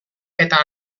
eta